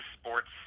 sports